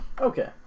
Okay